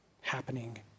happening